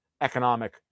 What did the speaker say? economic